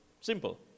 Simple